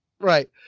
Right